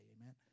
amen